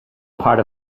part